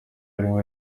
rimwe